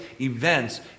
events